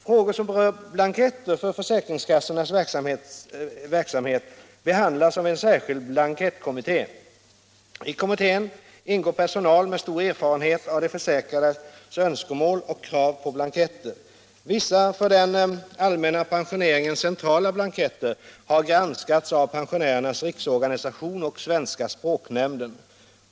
Frågor som rör blanketter för försäkringskassornas verksamhet behandlas av en särskild blankettkommitté. I kommittén ingår personal med stor erfarenhet av de försäkrades önskemål och krav på blanketter. Vissa för den allmänna pensioneringen centrala blanketter har granskats av Pensionärernas riksorganisation och svenska språknämnden.